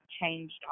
changed